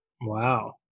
Wow